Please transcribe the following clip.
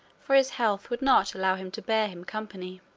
for his health would not allow him to bear him company.